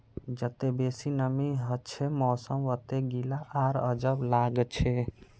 जत्ते बेसी नमीं हछे मौसम वत्ते गीला आर अजब लागछे